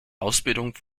ausbildung